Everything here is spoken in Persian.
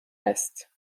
است